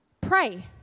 Pray